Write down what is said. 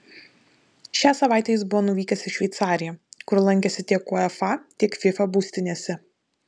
šią savaitę jis buvo nuvykęs į šveicariją kur lankėsi tiek uefa tiek fifa būstinėse